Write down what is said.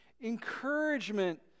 encouragement